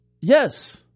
Yes